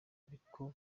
ariko